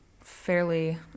fairly